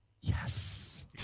Yes